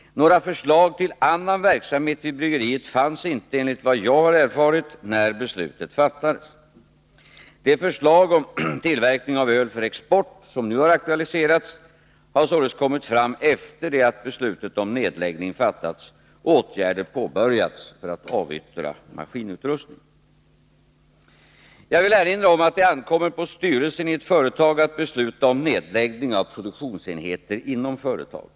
Några förslag till annan verksamhet vid bryggeriet fanns inte, enligt vad jag har erfarit, när beslutet fattades. Det förslag om tillverkning av öl för export som nu aktualiserats har således kommit fram efter det att beslutet om nedläggning fattats och åtgärder påbörjats för att avyttra maskinutrustningen. ; Jag vill erinra om att det ankommer på styrelsen i ett företag att besluta om nedläggning av produktionsenheter inom företaget.